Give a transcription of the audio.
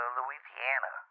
Louisiana